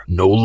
no